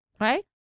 Right